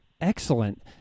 Excellent